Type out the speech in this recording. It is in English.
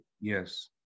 Yes